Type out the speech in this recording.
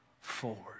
forward